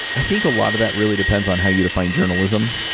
i think a lot of that really depends on how you define journalism.